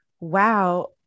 wow